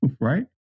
Right